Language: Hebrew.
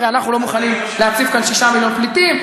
הרי אנחנו לא מוכנים להציף כאן 6 מיליון פליטים.